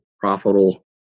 profitable